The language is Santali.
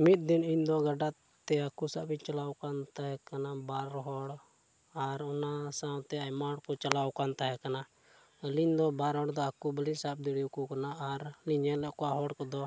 ᱢᱤᱫ ᱫᱤᱱ ᱤᱧᱫᱚ ᱜᱟᱰᱟ ᱛᱮ ᱦᱟᱹᱠᱩ ᱥᱟᱵ ᱤᱧ ᱪᱟᱞᱟᱣ ᱟᱠᱟᱱ ᱛᱟᱦᱮᱸ ᱠᱟᱱᱟ ᱵᱟᱨ ᱟᱨ ᱚᱱᱟ ᱥᱟᱶᱛᱮ ᱟᱭᱢᱟ ᱦᱚᱲ ᱠᱚ ᱪᱟᱞᱟᱣ ᱟᱠᱟᱱ ᱛᱟᱦᱮᱸ ᱠᱟᱱᱟ ᱟᱹᱞᱤᱧ ᱫᱚ ᱵᱟᱨ ᱦᱚᱲ ᱫᱚ ᱦᱟᱹᱠᱩ ᱵᱟᱹᱞᱤᱧ ᱥᱟᱵ ᱫᱟᱮᱭᱟᱠᱚ ᱠᱟᱱᱟ ᱟᱨ ᱞᱤᱧ ᱧᱮᱞᱮᱫ ᱠᱚᱣᱟ ᱦᱚᱲ ᱠᱚᱫᱚ